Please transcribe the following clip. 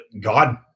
God